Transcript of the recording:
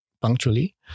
punctually